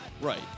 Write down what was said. Right